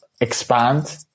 expand